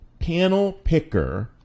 Panelpicker